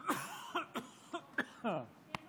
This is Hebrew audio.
בהסכמת החייל